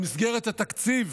במסגרת התקציב